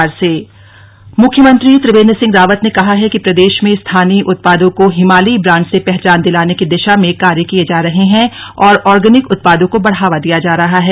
मख्यमंत्री संवाद मुख्यमंत्री त्रिवेन्द्र सिंह रावत ने कहा है कि प्रदेश में स्थानीय उत्पादों को हिमालयी ब्रांड से पहचान दिलाने की दिशा में कार्य किये जा रहे हैं और ऑर्गनिक उत्पादों को बढ़ावा दिया जा रहा है